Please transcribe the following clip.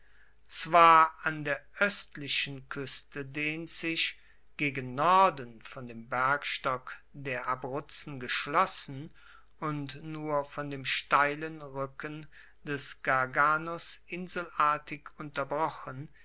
zwar an der oestlichen kueste dehnt sich gegen norden von dem bergstock der abruzzen geschlossen und nur von dem steilen ruecken des garganus inselartig unterbrochen